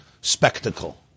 spectacle